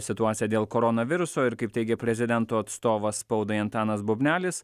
situacija dėl koronaviruso ir kaip teigė prezidento atstovas spaudai antanas bubnelis